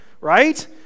right